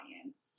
audience